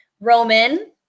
Roman